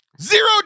Zero